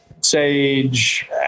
Sage